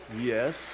Yes